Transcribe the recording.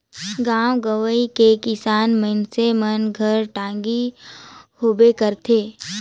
गाँव गंवई मे किसान मइनसे मन घर टागी होबे करथे